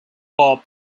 bob